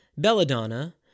belladonna